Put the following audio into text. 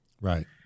Right